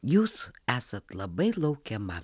jūs esat labai laukiama